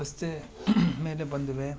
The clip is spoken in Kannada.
ಮೇಲೆ ಬಂದಿವೆ